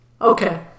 Okay